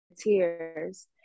tears